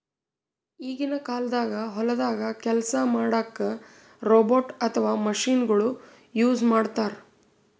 ಈಗಿನ ಕಾಲ್ದಾಗ ಹೊಲ್ದಾಗ ಕೆಲ್ಸ್ ಮಾಡಕ್ಕ್ ರೋಬೋಟ್ ಅಥವಾ ಮಷಿನಗೊಳು ಯೂಸ್ ಮಾಡ್ತಾರ್